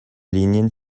linien